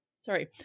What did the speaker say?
sorry